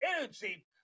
energy